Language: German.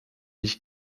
ich